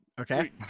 okay